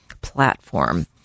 platform